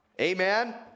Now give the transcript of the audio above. Amen